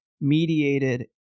mediated